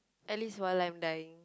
at least while I'm dying